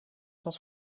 cent